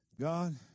God